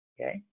okay